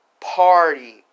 party